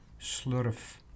Slurf